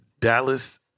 Dallas